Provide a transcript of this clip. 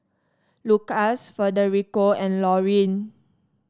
Lukas Federico and Lorine